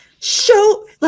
show